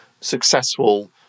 successful